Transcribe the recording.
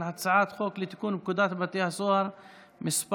הצעת חוק לתיקון פקודת בתי הסוהר (מס'